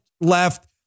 left